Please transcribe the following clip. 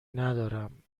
ندارم